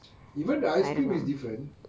even the ice cream is different